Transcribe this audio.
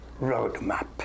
roadmap